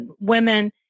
women